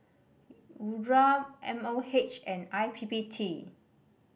URA M O H and I P P T